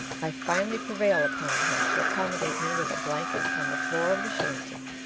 i finally prevail upon him to accommodate me with a blanket on the floor of the shanty.